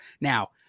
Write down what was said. Now